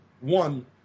one